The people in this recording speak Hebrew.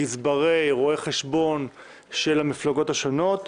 גזברי ורואי החשבון של המפלגות השונות,